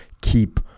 keep